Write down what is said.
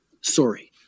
sorry